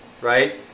right